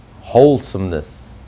wholesomeness